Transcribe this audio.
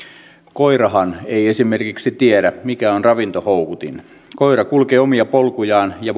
koirahan ei esimerkiksi tiedä mikä on ravintohoukutin koira kulkee omia polkujaan ja